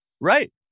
Right